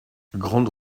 grande